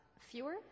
Fewer